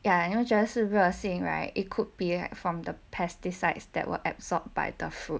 ya 你们觉得是热性 right it could be like from the pesticides that were absorbed by the food